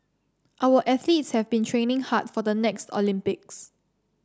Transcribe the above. our athletes have been training hard for the next Olympics